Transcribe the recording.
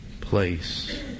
place